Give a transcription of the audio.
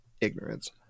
ignorance